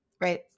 right